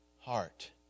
heart